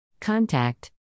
Contact